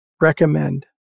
recommend